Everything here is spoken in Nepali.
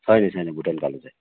छैन छैन भुटानको आलु चाहिँ